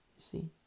See